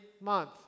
month